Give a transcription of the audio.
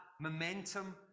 momentum